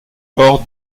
ores